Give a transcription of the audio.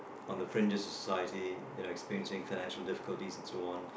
on the fringe of society you know experiencing financial difficulties and so on